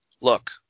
Look